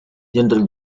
general